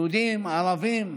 יהודים וערבים,